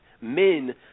men